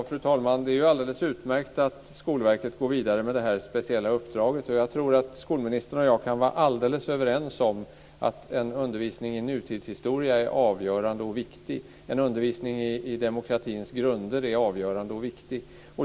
Fru talman! Det är alldeles utmärkt att Skolverket går vidare med det speciella uppdraget. Jag tror att skolministern och jag kan vara alldeles överens om att undervisning i nutidshistoria och demokratins grunder är avgörande och viktig.